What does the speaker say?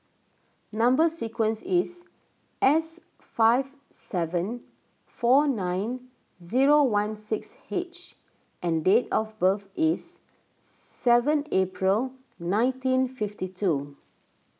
Number Sequence is S five seven four nine zero one six H and date of birth is seven April nineteen fifty two